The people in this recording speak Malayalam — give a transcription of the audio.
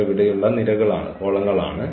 ഇവ ഇവിടെയുള്ള നിരകൾ ആണ്